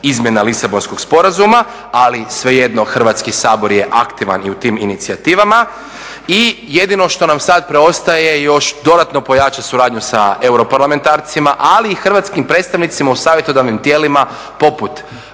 izmjena LIsabonskog sporazuma, ali svejedno Hrvatski sabor je aktivan i u tim inicijativama. I jedino što nam sada preostaje je još dodatno pojačati suradnju sa europarlamentarcima, ali i hrvatskim predstavnicima u savjetodavnim tijelima poput